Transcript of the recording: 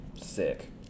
Sick